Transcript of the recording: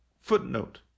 Footnote